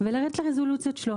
ולרדת לרזולוציות שלו,